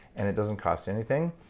and it doesn't cost anything.